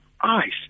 ice